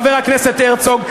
חבר הכנסת הרצוג,